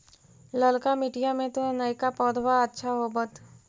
ललका मिटीया मे तो नयका पौधबा अच्छा होबत?